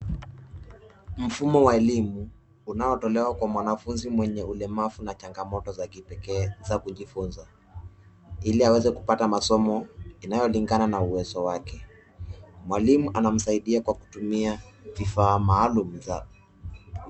Mfumo wa elimu unaotolewa kwa mwanafunzi mwenye ulemavu na changamoto za kipekee za kujifunza. Ili aweze kupata masomo inayolingana na uwezo wao, mwalimu anamsaidia kwa kutumia vifaa maalum za.